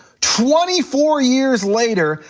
twenty four years later,